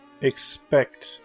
expect